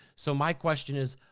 so my question is,